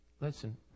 listen